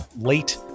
late